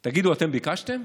תגידו, אתם ביקשתם?